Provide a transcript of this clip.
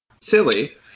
silly